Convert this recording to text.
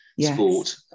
sport